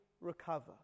recover